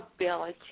ability